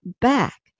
back